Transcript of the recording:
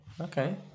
Okay